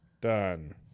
Done